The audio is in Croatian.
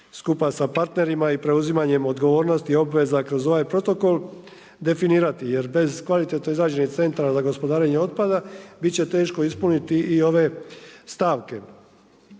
skupa sa partnerima i preuzimanjem odgovornosti i obveza kroz ovaj protokol definirati. Jer bez kvalitetno izrađenih centara za gospodarenje otpada bit će teško ispuniti i ove stavke.